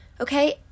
okay